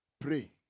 pray